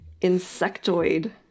insectoid